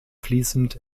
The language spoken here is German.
fließend